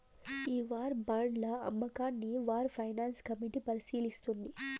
ఈ వార్ బాండ్ల అమ్మకాన్ని వార్ ఫైనాన్స్ కమిటీ పరిశీలిస్తుంది